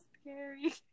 scary